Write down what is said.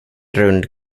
rund